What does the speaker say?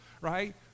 right